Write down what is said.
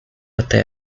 até